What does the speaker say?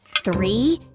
three,